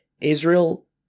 Israel